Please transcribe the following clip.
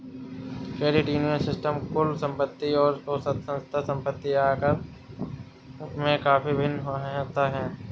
credit union system कुल संपत्ति और औसत संस्था संपत्ति आकार में काफ़ी भिन्न होते हैं